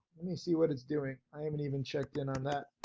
let me see what it's doing i haven't even checked in on that.